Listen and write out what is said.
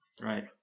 right